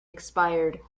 expired